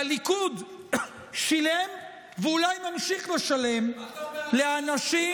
והליכוד שילם ואולי ממשיך לשלם לאנשים,